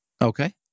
Okay